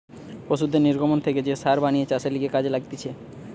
পশুদের নির্গমন থেকে যে সার বানিয়ে চাষের লিগে কাজে লাগতিছে